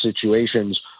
situations